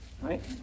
right